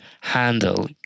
handle